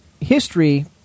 History